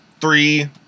three